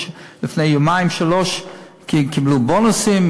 לפני יומיים-שלושה קיבלו בונוסים,